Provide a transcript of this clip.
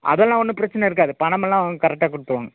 அதெல்லாம் ஒன்றும் பிரச்சின இருக்காது பணம் எல்லாம் கரெக்டாக கொடுத்துருவாங்க